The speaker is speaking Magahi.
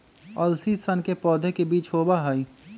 अलसी सन के पौधे के बीज होबा हई